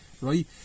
right